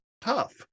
tough